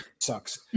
sucks